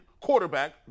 quarterback